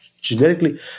genetically